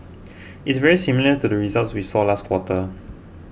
it's very similar to the results we saw last quarter